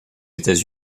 états